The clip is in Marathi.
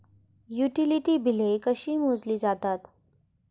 युटिलिटी बिले कशी मोजली जातात?